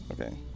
Okay